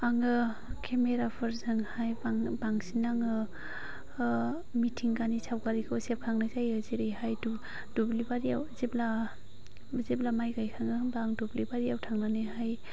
आङो केमेरा फोरजोंहाय बां बांसिन आङो ओह मिथिंगानि सावगारिखौ सेबखांनाय जायो जेरैहाय दुब्लि जेब्ला माय गायखाङो होमब्ला आं दुब्लि बारियाव थांनानै हाय